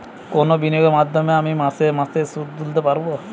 কোন বিনিয়োগের মাধ্যমে আমি মাসে মাসে সুদ তুলতে পারবো?